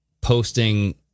posting